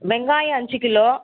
வெங்காயம் அஞ்சு கிலோ